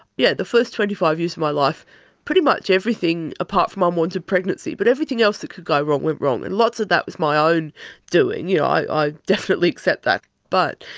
yeah the first twenty five years of my life pretty much everything, apart from unwanted pregnancy, but everything else that could go wrong went wrong. and lots of that was my own doing. you know i definitely accept that. but